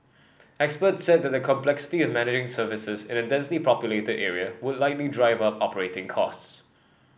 experts said the complexity of managing services in a densely populated area would likely drive up operating costs